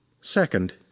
Second